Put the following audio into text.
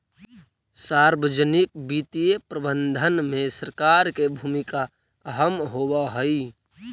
सार्वजनिक वित्तीय प्रबंधन में सरकार के भूमिका अहम होवऽ हइ